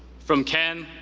from ken,